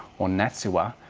or natsihwa,